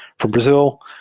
from brazi l,